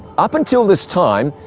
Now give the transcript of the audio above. up until this time,